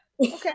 Okay